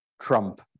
Trump